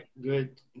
Good